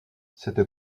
cette